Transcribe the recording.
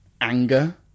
Anger